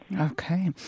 Okay